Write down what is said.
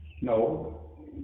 no